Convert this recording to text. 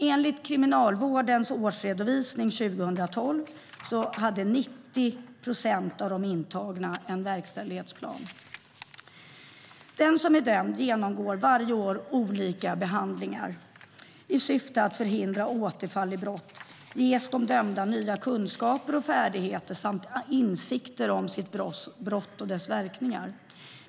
Enligt Kriminalvårdens årsredovisning 2012 hade 90 procent av de intagna en verkställighetsplan. Den som är dömd genomgår varje år olika behandlingar. I syfte att förhindra återfall i brott ges de dömda nya kunskaper och färdigheter samt insikter om sitt brott och dess verkningar.